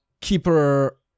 Keeper